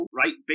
right